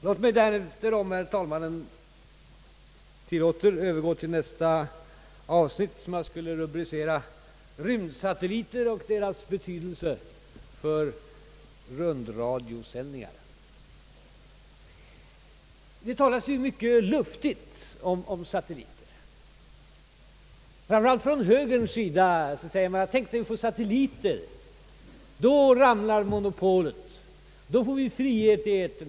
Låt mig därefter, om herr talmannen tillåter, övergå till nästa avsnitt, som jag skulle vilja rubricera rymdsatelliter och deras betydelse för rundradiosändningen. Det talas mycket luftigt om satelliter. Framför allt från högerns sida säger man: Tänk när vi får satelliter! Då ramlar monopolet och vi får frihet i etern!